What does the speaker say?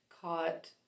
caught